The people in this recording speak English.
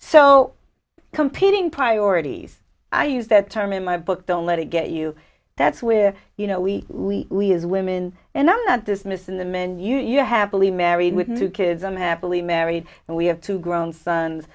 so competing priorities i use that term in my book don't let it get you that's with you know we we we as women and i'm not dismissing them and you happily married with two kids i'm happily married and we have two grown sons